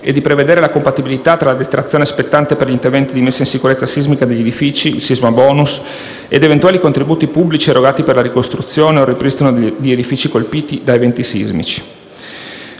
e di prevedere la compatibilità tra la detrazione spettante per gli interventi di messa in sicurezza sismica degli edifici (il cosiddetto sisma *bonus*) ed eventuali contributi pubblici erogati per la ricostruzione o il ripristino di edifici colpiti da eventi sismici.